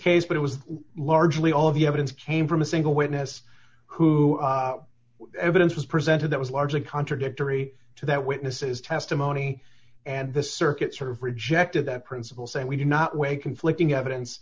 case but it was largely all of you haven't came from a single witness who evidence was presented that was largely contradictory to that witness's testimony and the circuit sort of rejected that principle saying we do not weigh conflicting evidence